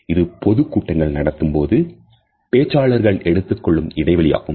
இது பொதுக்கூட்டங்கள் நடத்தும்போது பேச்சாளர்கள் எடுத்துக்கொள்ளும் இடைவெளியாகும்